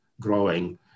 growing